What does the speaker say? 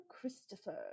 Christopher